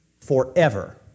forever